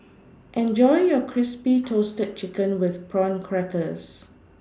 Enjoy your Crispy toasted Chicken with Prawn Crackers